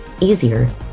easier